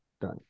Done